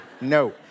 No